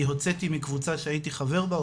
היא - הוצאתי מקבוצה שהייתי חבר בה,